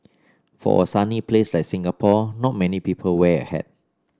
for a sunny place like Singapore not many people wear a hat